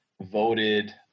voted